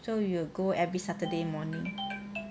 so we will go every saturday morning